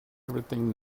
everything